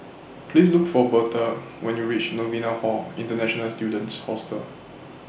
Please Look For Bertha when YOU REACH Novena Hall International Students Hostel